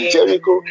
Jericho